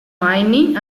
mining